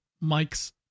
Mike's